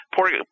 poor